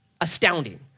astounding